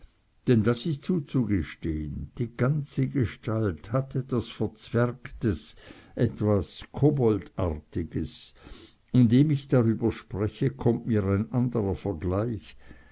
denn das ist zuzugestehn die ganze gestalt hat etwas verzwergtes etwas koboldartiges und indem ich darüber spreche kommt mir ein andrer vergleich